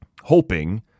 hoping